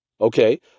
Okay